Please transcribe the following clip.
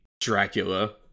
Dracula